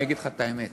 אני אגיד לך את האמת.